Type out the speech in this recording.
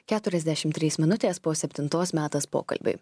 keturiasdešim trys minutės po septintos metas pokalbiui